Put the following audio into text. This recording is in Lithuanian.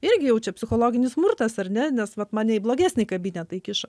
irgi jau čia psichologinis smurtas ar ne nes vat mane į blogesnį kabinetą įkišo